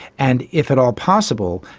and if at all possible,